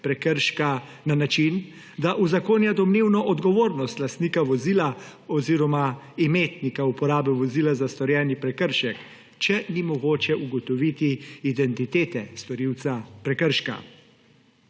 na način, da uzakonja domnevno odgovornost lastnika vozila oziroma imetnika uporabe vozila za storjeni prekršek, če ni mogoče ugotoviti identitete storilca prekrška.